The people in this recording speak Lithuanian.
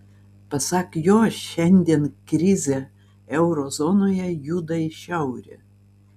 pasak jo šiandien krizė euro zonoje juda į šiaurę